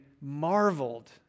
marveled